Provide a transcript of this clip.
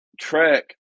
track